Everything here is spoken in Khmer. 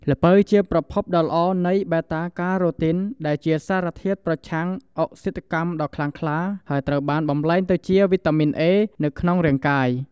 ល្ពៅជាប្រភពដ៏ល្អនៃ Beta-Carotene ដែលជាសារធាតុប្រឆាំងអុកស៊ីតកម្មដ៏ខ្លាំងក្លា ហើយត្រូវបានបំលែងទៅជា វីតាមីន A នៅក្នុងរាងកាយ។